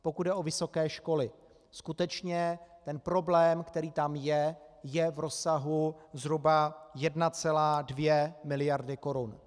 Pokud jde o vysoké školy, skutečně ten problém, který tam je, je v rozsahu zhruba 1,2 miliardy korun.